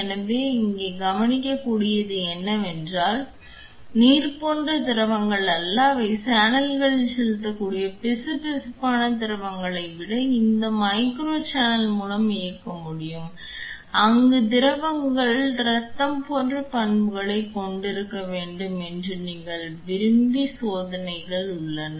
எனவே இங்கே நீங்கள் கவனிக்கக்கூடியது என்னவென்றால் நீர் போன்ற திரவங்கள் அல்ல அவை சேனல்களில் செலுத்தக்கூடிய பிசுபிசுப்பான திரவங்களைக் கூட இந்த மைக்ரோ சேனல் மூலம் இயக்க முடியும் அங்கு திரவங்கள் இரத்தம் போன்ற பண்புகளைக் கொண்டிருக்க வேண்டும் என்று நீங்கள் விரும்பும் சோதனைகள் உள்ளன